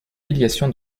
filiation